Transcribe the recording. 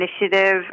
initiative